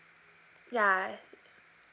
ya